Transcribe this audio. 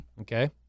Okay